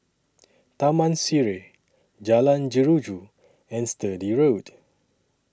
Taman Sireh Jalan Jeruju and Sturdee Road